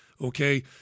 okay